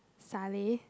Salleh